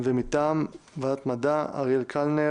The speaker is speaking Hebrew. ומטעם ועדת המדע אריאל קלנר,